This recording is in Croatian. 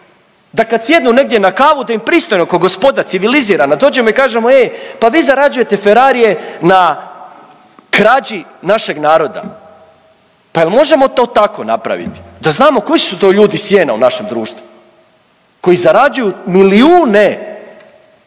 da kad sjednu negdje na kavu da im pristojno ko gospoda civilizirano dođemo i kažemo ej, pa vi zarađujete Ferrarije na krađi našeg naroda, pa jel možemo to tako napraviti da znamo koji su to ljudi sjene u našem društvu koji zarađuju milijune.